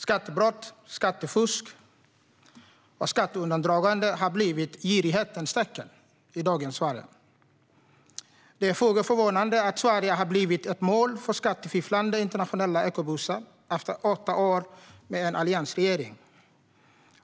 Skattebrott, skattefusk och skatteundandraganden har blivit girighetens kännetecken i dagens Sverige. Det är föga förvånande att Sverige har blivit ett mål för skattefifflande internationella ekobusar efter åtta år med en alliansregering.